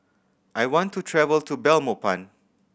I want to travel to Belmopan